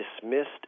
dismissed